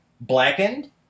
Blackened